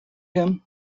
him